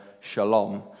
Shalom